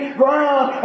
ground